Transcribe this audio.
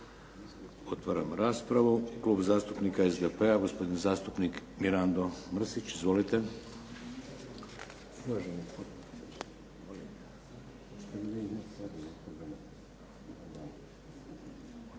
Otvaram raspravu. Klub zastupnika SDP-a, gospodin zastupnik Mirando Mrsić. Izvolite.